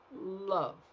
Love